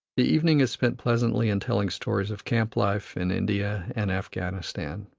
the evening is spent pleasantly in telling stories of camp-life in india and afghanistan.